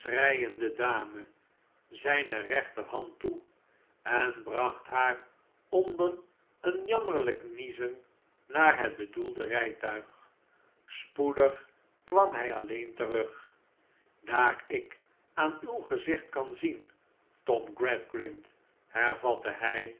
schreiende dame zijne rechterhand toe en brachthaar onder een jammerlijk niezen naar hetbedoelde rijtuig spoedig kwam hij alleen terug daar ik aah uw gezicht kan zien tom gradgrind hervatte hi